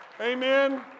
Amen